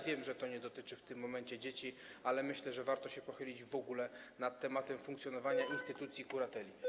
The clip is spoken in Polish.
Wiem, że nie dotyczy to w tym momencie dzieci, ale myślę, że warto się pochylić w ogóle nad tematem funkcjonowania instytucji kurateli.